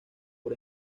por